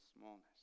smallness